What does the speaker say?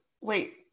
Wait